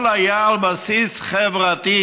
הכול היה על בסיס חברתי,